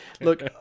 look